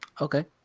Okay